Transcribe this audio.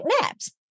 naps